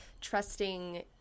trusting